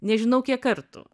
nežinau kiek kartų